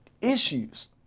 issues